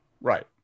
right